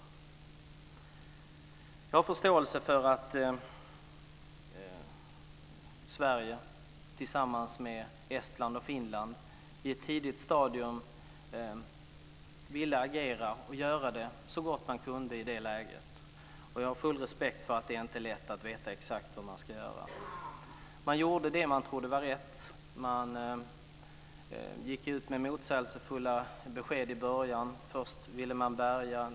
Jag har förståelse för att Sverige tillsammans med Estland och Finland på ett tidigt stadium ville agera och göra så gott man kunde i det läget, och jag har full respekt för att det inte är lätt att veta exakt hur man ska göra. Man gjorde det som man trodde var rätt. Men man gick ut med motsägelsefulla besked i början. Först ville man bärga.